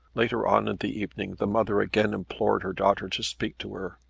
later on in the evening, the mother again implored her daughter to speak to her.